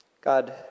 God